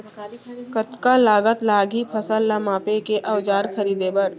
कतका लागत लागही फसल ला मापे के औज़ार खरीदे बर?